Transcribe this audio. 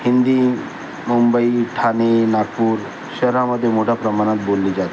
हिंदी मुंबई ठाणे नागपूर शहरामध्ये मोठ्या प्रमाणात बोलली जाते